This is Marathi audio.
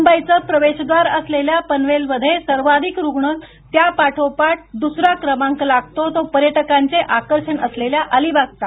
मुंबईचं प्रवेशद्वार असलेल्या पनवेलमध्ये सर्वाधिक रूग्ण त्या पाठोपाठ दुसरा क्रमांक लागतो तो पर्यटकांचे आकर्षण असलेल्या अलिबागचा